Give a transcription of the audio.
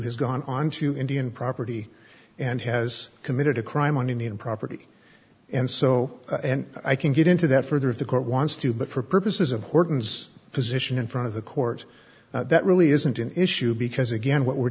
has gone on to indian property and has committed a crime on indian property and so and i can get into that further if the court wants to but for purposes of horton's position in front of the court that really isn't an issue because again what we're